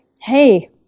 hey